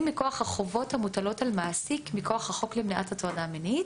מכוח החובות המוטלות על מעסיק מכוח החוק למניעת הטרדה מינית,